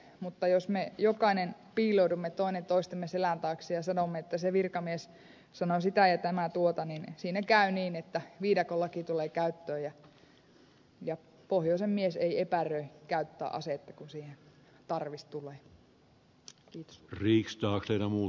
mutta jos me jokainen piiloudumme toinen toistemme selän taakse ja sanomme että se virkamies sanoo sitä ja tämä tuota niin siinä käy niin että viidakon laki tulee käyttöön ja pohjoisen mies ei epäröi käyttää asetta kun siihen tarvis tulee